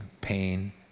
pain